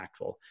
impactful